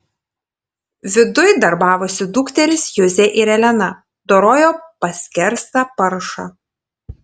viduj darbavosi dukterys juzė ir elena dorojo paskerstą paršą